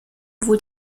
wohl